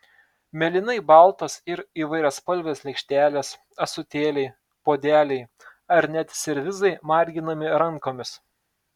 mėlynai baltos ir įvairiaspalvės lėkštelės ąsotėliai puodeliai ar net servizai marginami rankomis